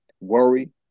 worry